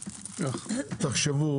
תחשבו,